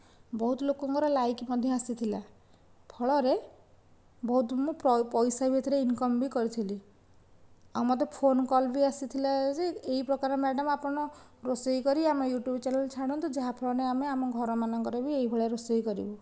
ବହୁତ୍ ଲୋକଙ୍କର ଲାଇକ୍ ମଧ୍ୟ ଆସିଥିଲା ଫଳରେ ବହୁତ୍ ମୁଁ ପଇସା ପତ୍ର ଇନ୍କମ୍ ଭି କରିଥିଲି ଆଉ ମୋତେ ଫୋନ୍ କଲ୍ ବି ଆସିଥିଲା ଯେ ଏହି ପ୍ରକାର ମ୍ୟାଡ଼ାମ ଆପଣ ରୋଷେଇ କରି ଆମ ୟୁଟ୍ୟୁବ ଚ୍ୟାନେଲ୍ରେ ଛାଡ଼ନ୍ତୁ ଯାହା ଫଳରେ ଆମେ ଆମ ଘରମାନଙ୍କରେ ବି ଏଇଭଳିଆ ରୋଷେଇ କରିବୁ